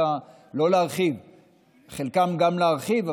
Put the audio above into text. אצל חלקם להרחיב,